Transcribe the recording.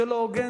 זה לא הוגן,